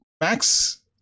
Max